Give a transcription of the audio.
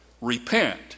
repent